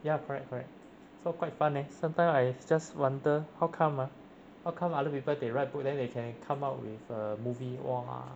ya correct correct so quite fun eh sometimes I just wonder how come ah how come other people they write book then they can come up with a movie !wah!